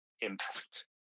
impact